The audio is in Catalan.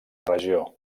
regió